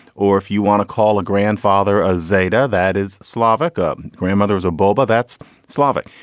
or if you want to call a grandfather, a zadar, that is slavic um grandmother is a bulba, that's slavic.